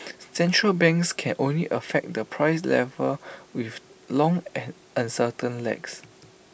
central banks can only affect the price level with long and uncertain lags